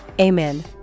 Amen